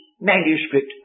manuscript